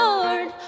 Lord